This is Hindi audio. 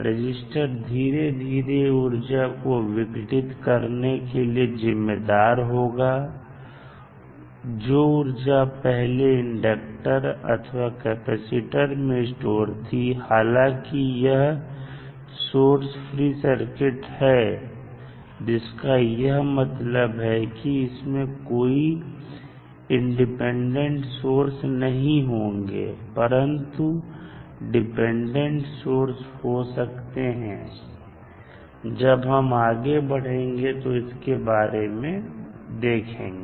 रजिस्टर धीरे धीरे ऊर्जा को विघटित करने के लिए जिम्मेदार होगा जो ऊर्जा पहले इंडक्टर अथवा कैपेसिटर में स्टोर थी हालांकि यह सोर्स फ्री सर्किट है जिसका यह मतलब है कि इसमें कोई इंडिपेंडेंट सोर्स नहीं होंगे परंतु डिपेंडेंट सोर्स हो सकते हैं जब हम आगे बढ़ेंगे तो इसके बारे में देखेंगे